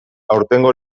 aurtengo